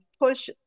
push